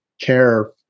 care